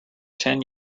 ten